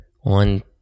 one